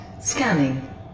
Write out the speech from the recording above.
Scanning